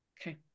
Okay